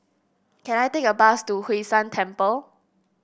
can I take a bus to Hwee San Temple